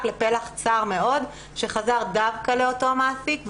לפלח צר מאוד שחזר דווקא לאותו המעסיק,